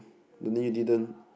don't need you didn't